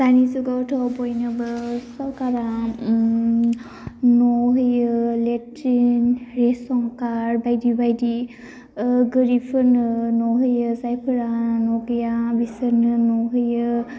दानि जुगावथ' बयनोबो सरकारा न' होयो लेट्रिन रेश'न कार्ड बायदि बायदि गोरिबफोरनो न' होयो जायफोरा न' गैया बिसोरनो न' होयो